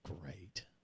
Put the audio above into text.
great